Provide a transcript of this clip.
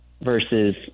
versus